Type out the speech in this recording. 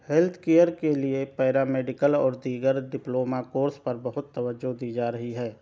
health care کے لئے paramedical اور دیگر ڈپلوما کورس پر بہت توجہ دی جا رہی ہے